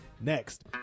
next